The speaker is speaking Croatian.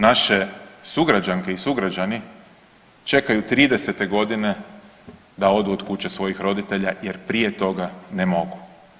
Naše sugrađanke i sugrađani čekaju 30-te godine da odu od kuće svojih roditelja jer prije toga ne mogu.